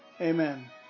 Amen